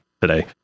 today